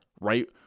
right